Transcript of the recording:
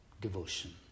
devotion